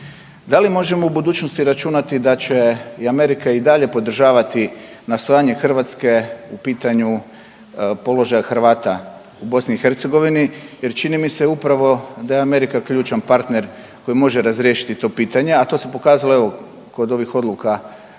Da li možemo u budućnosti računati da će Amerika i dalje podržavati nastojanje Hrvatske u pitanju položaju Hrvata u BiH jer čini mi se upravo da je Amerika ključan partner koji može razriješiti to pitanje? A to se pokazalo evo kod ovih odluka visokog